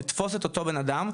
לתפוס את אותו בנאדם,